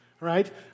right